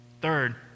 Third